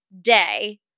day